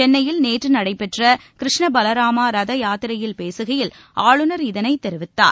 சென்னையில் நேற்று நடைபெற்ற கிருஷ்ண பலராமா ரத யாத்திரையில் பேசுகையில் ஆளுநர் இதனை தெரிவித்தார்